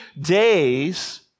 days